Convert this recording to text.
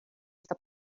esta